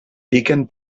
piquen